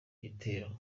gitero